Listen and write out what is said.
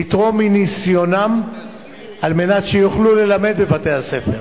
לתרום מניסיונם על מנת שיוכלו ללמד בבתי-הספר.